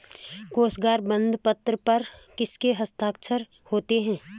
कोशागार बंदपत्र पर किसके हस्ताक्षर होते हैं?